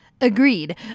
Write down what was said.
Agreed